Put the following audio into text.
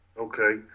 Okay